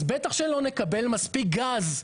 אז בטח שלא נקבל מספיק גז,